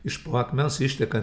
iš po akmens išteka